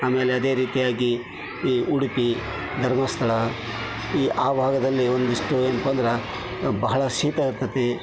ಆಮೇಲೆ ಅದೇ ರೀತಿಯಾಗಿ ಈ ಉಡುಪಿ ಧರ್ಮಸ್ಥಳ ಈ ಆ ಭಾಗದಲ್ಲಿ ಒಂದಿಷ್ಟು ಏನಪ್ಪ ಅಂದ್ರೆ ಬಹಳ ಶೀತ ಇರ್ತದೆ